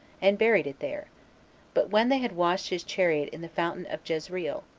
and buried it there but when they had washed his chariot in the fountain of jezreel,